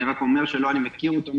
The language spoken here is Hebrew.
אני רק אומר שאני לא מכיר אותם.